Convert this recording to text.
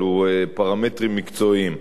אלה פרמטרים מקצועיים.